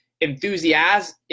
enthusiasm